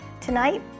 Tonight